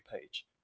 page